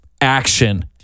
action